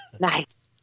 Nice